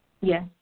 Yes